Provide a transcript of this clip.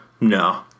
No